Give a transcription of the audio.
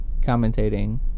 commentating